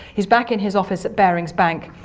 he's back in his office at barings bank,